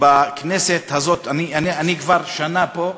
בכנסת הזאת, אני כבר שנה פה,